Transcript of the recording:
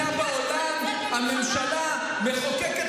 באיזו עוד מדינה בעולם הממשלה מחוקקת